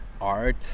art